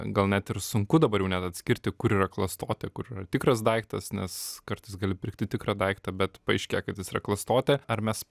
gal net ir sunku dabar jau net atskirti kur yra klastotė kur yra tikras daiktas nes kartais gali pirkti tikrą daiktą bet paaiškėja kad jis yra klastotė ar mes